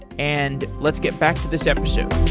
and let's get back to this episode